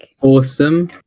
awesome